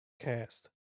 Cast